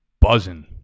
buzzing